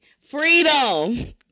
Freedom